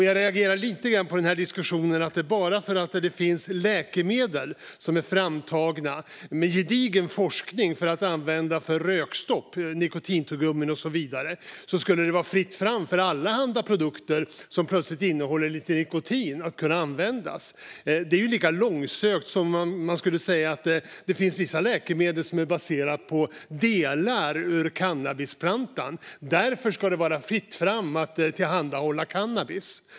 Jag reagerar lite grann på diskussionen om att bara för att det finns läkemedel som är framtagna med gedigen forskning för att använda för rökstopp - nikotintuggummin och så vidare - skulle det vara fritt fram för allehanda produkter som plötsligt innehåller lite nikotin att kunna användas. Det är lika långsökt som om man skulle säga att bara för att det finns vissa läkemedel som är baserade på delar av cannabisplantan ska det därför vara fritt fram att tillhandahålla cannabis.